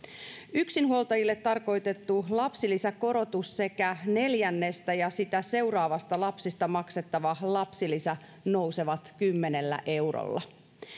yksinhuoltajille tarkoitettu lapsilisäkorotus sekä neljännestä ja sitä seuraavista lapsista maksettava lapsilisä nousevat kymmenellä eurolla